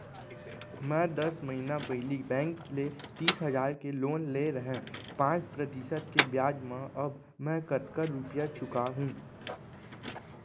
मैं दस महिना पहिली बैंक ले तीस हजार के लोन ले रहेंव पाँच प्रतिशत के ब्याज म अब मैं कतका रुपिया चुका हूँ?